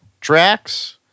Drax